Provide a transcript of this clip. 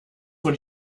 von